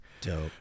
Dope